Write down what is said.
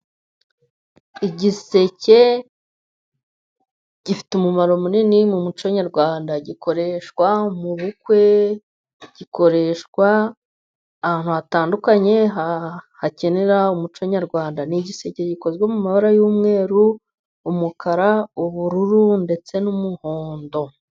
Igiseke gifite umumaro munini mu muco Nyarwanda gikoreshwa mu bukwe, gikoreshwa ahantu hatandukanye hakenera umuco Nyarwanda. Ni igiseke gikozwe mu mabara y'umweru, umukara, ubururu ndetse n'umuhondo.